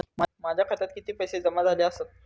माझ्या खात्यात किती पैसे जमा झाले आसत?